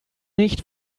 nicht